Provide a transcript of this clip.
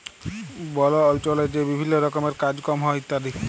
বল অল্চলে যে বিভিল্ল্য রকমের কাজ কম হ্যয় ইত্যাদি